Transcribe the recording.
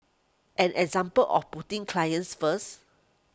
an example of putting clients first